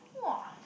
!wah!